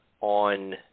on